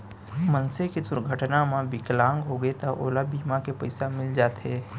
मनसे के दुरघटना म बिकलांग होगे त ओला बीमा के पइसा मिल जाथे